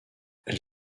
elle